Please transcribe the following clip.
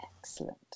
excellent